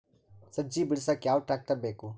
ಸಜ್ಜಿ ಬಿಡಸಕ ಯಾವ್ ಟ್ರ್ಯಾಕ್ಟರ್ ಬೇಕು?